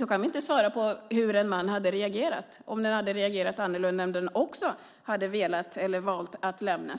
Vi kan inte svara på hur en man hade reagerat, om han hade reagerat annorlunda eller om han också hade velat lämna eller valt att göra